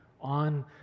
on